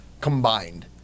combined